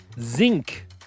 Zinc